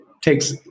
takes